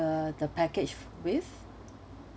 uh the package with